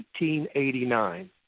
1889